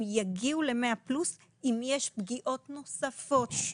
הם יגיעו ל-100+ אם יש פגיעות נוספות.